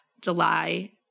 July